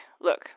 look